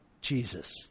Jesus